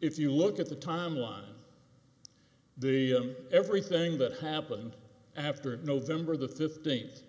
if you look at the timeline the everything that happened after november the fifteenth